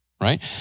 right